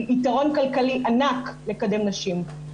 הוא יתרון כלכלי ענק לקדם נשים.